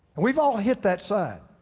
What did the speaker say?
we've all hit that sign.